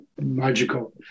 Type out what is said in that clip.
Magical